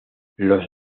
los